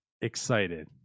excited